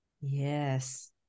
Yes